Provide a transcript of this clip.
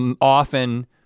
often